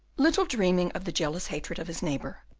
little dreaming of the jealous hatred of his neighbour,